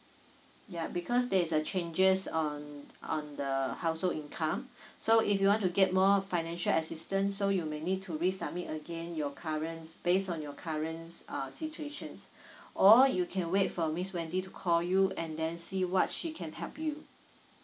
yup because there's a changes on on the household income so if you want to get more financial assistance so you may need to resubmit again your current based on your current uh situation's or you can wait for miss wendy to call you and then see what she can help you